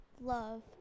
love